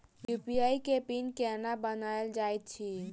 UPI केँ PIN केना बनायल जाइत अछि